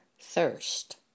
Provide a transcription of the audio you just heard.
thirst